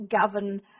govern